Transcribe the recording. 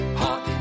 hot